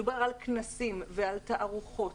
מדובר על כנסים ועל תערוכות.